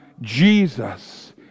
Jesus